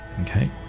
Okay